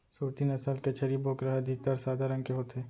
सूरती नसल के छेरी बोकरा ह अधिकतर सादा रंग के होथे